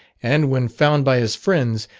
and when found by his friends,